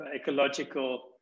ecological